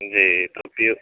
جی تو پی او